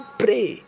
pray